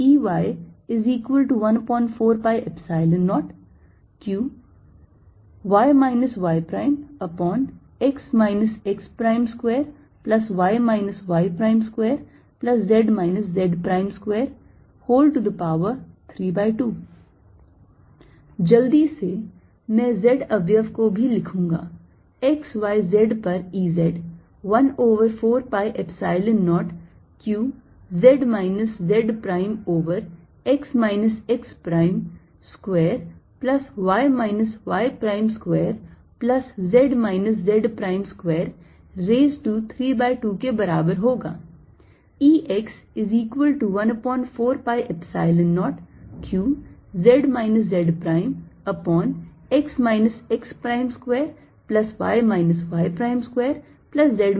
Exxyz14π0qx xx x2y y2z z232 Eyxyz14π0qy yx x2y y2z z232 जल्दी से मैं z अवयव को भी लिखूंगा x y z पर E z 1 over 4 Epsilon 0 q z minus z prime over x minus x prime square plus y minus y prime square plus z minus z prime square raised to 3 by 2 के बराबर होगा